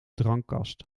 drankkast